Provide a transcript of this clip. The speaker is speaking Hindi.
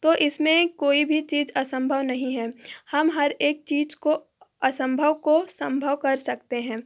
तो इसमें कोई भी चीज असंभव नहीं है हम हर एक चीज को असंभव को संभव कर सकते हैं